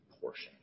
portion